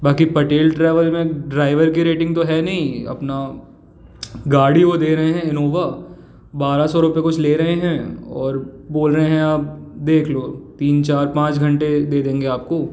बाकी पटेल ट्रैवल में ड्राईवर की रेटिंग तो है नहीं अपना गाड़ी वो दे रहे हैं इन्नोवा बारह सौ रुपए कुछ ले रहे हैं और बोल रहे हैं आप देख लो तीन चार पाँच घंटे दे देंगे आपको